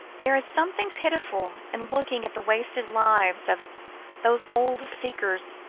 there is something pitiful in looking at the wasted lives of those old seekers,